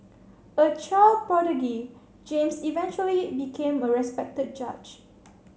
a child prodigy James eventually became a respected judge